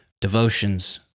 devotions